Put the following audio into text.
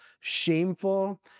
shameful